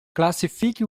classifique